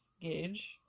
gauge